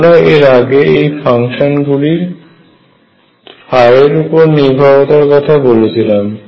আমরা এর আগে এই ফাংশন গুলির এর উপর নির্ভরতার কথা বলেছিলাম